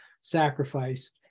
sacrifice